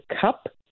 cup